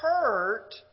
hurt